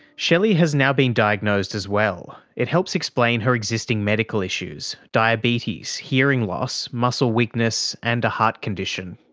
shelley has now been diagnosed as well. it helps explain her existing medical issues diabetes, hearing loss, muscle weakness, and a heart condition.